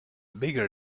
bigger